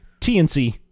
TNC